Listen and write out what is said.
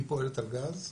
היא פועלת על גז,